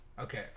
Okay